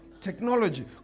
technology